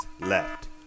left